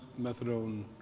methadone